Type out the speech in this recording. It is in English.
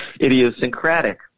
idiosyncratic